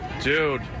Dude